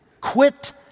Quit